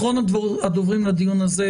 אחרון הדוברים בדיון הזה,